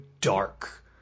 dark